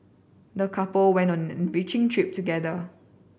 the couple went on together